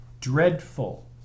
dreadful